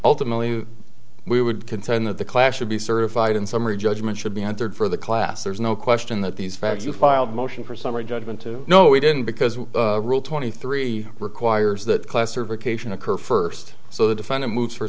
ultimately we would contend that the class should be certified in summary judgment should be entered for the class there's no question that these facts you filed a motion for summary judgment to know we didn't because rule twenty three requires that class or vacation occur first so the defendant moves for